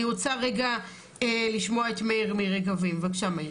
אני רוצה רגע לשמוע את מאיר מרגבים, בבקשה.